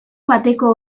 bateko